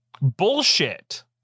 Bullshit